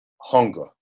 hunger